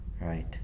right